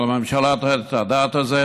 על הממשלה לדעת את זה.